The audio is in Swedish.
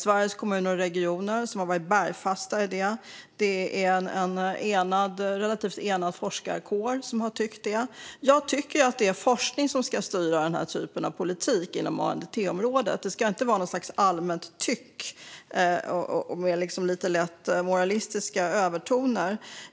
Sveriges Kommuner och Regioner har varit bergfasta i detta. Och en relativt enad forskarkår tycker också det. Jag tycker att det är forskning som ska styra denna typ av politik inom ANDTS-området. Det ska inte vara något slags allmänt tyckande med lite lätt moralistiska övertoner.